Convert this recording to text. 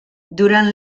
durant